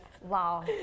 Wow